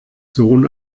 sohn